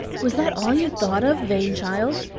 was that all you thought of, vain child?